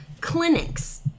clinics